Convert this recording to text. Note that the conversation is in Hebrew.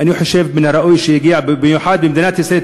אני חושב שבמיוחד מדינת ישראל,